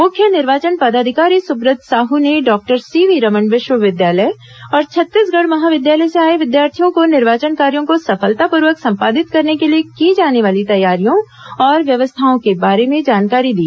मुख्य निर्वाचन पदाधिकारी सुब्रत साहू ने डॉक्टर सीवी रमन विश्वविद्यालय और छत्तीसगढ़ महाविद्यालय से आए विद्यार्थियों को निर्वाचन कार्यो को सफलतापूर्वक संपादित करने के लिए की जाने वाली तैयारियों और व्यवस्थाओं के बारे में जानकारी दी